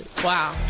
Wow